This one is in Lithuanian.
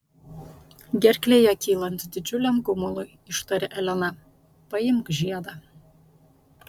gerklėje kylant didžiuliam gumului ištarė elena paimk žiedą